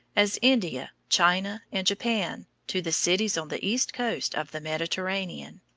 as india, china, and japan, to the cities on the east coast of the mediterranean.